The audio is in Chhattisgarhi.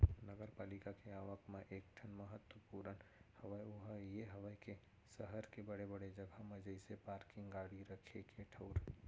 नगरपालिका के आवक म एक ठन महत्वपूर्न हवय ओहा ये हवय के सहर के बड़े बड़े जगा म जइसे पारकिंग गाड़ी रखे के ठऊर